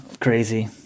crazy